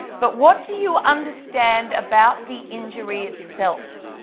but what do you understand about the injury itself?